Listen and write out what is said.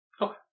Okay